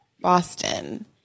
Boston